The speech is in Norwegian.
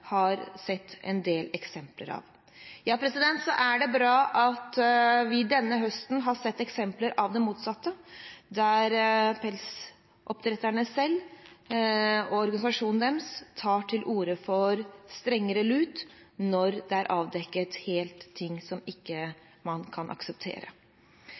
har sett en del eksempler på. Så det er bra at vi denne høsten har sett eksempler på det motsatte, der pelsdyroppdretterne selv og organisasjonene deres tar til orde for sterkere lut når det er avdekket ting som man ikke kan akseptere.